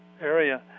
area